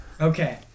Okay